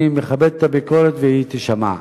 אני מכבד את הביקורת, והיא תישמע.